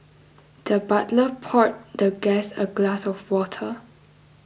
the butler poured the guest a glass of water